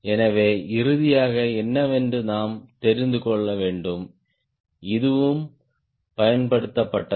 எனவே இறுதியாக என்னவென்று நாம் தெரிந்து கொள்ள வேண்டும் இதுவும் பயன்படுத்தப்பட்டது